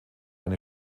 eine